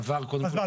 אז מה,